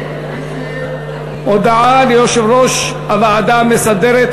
הודעה ליושב-ראש הוועדה המסדרת,